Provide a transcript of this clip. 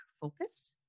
focus